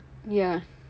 ya